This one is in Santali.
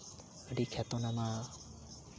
ᱟᱹᱰᱤ ᱠᱷᱮᱛᱚᱱᱟᱢᱟ